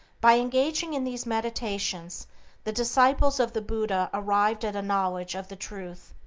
by engaging in these meditations the disciples of the buddha arrived at a knowledge of the truth.